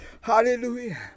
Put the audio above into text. Hallelujah